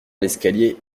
l’escalier